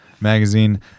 magazine